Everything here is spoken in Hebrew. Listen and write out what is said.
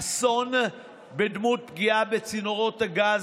אסון בדמות פגיעה בצינורות הגז,